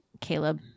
Caleb